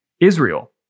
Israel